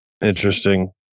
interesting